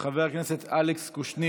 חברת הכנסת היבה